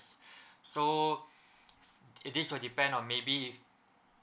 so it this uh depend on maybe